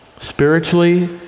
Spiritually